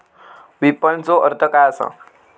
विपणनचो अर्थ काय असा?